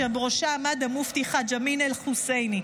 אשר בראשה עמד המופתי חאג' אמין אל-חוסייני.